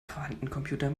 quantencomputer